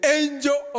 angel